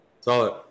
Solid